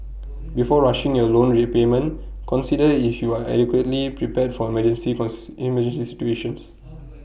before rushing your loan repayment consider if you are adequately prepared for emergency cons emergency situations